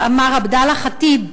מר עבדאללה ח'טיב,